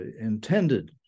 intended